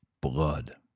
blood